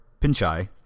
Pinchai